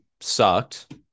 sucked